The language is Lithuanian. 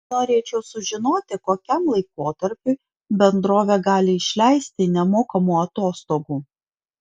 norėčiau sužinoti kokiam laikotarpiui bendrovė gali išleisti nemokamų atostogų